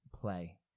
play